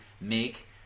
make